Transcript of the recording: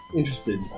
interested